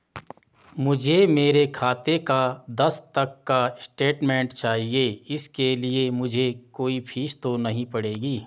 मुझे मेरे खाते का दस तक का स्टेटमेंट चाहिए इसके लिए मुझे कोई फीस तो नहीं पड़ेगी?